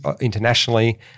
internationally